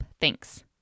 thanks